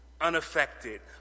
unaffected